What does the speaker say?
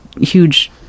huge